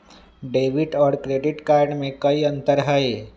Debit और credit card में कई अंतर हई?